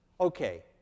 Okay